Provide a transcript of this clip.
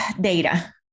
Data